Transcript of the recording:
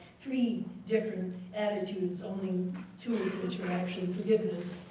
three different attitudes, only two of which are actually forgiveness.